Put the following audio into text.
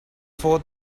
for